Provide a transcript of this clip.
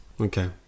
Okay